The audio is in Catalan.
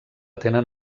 tenen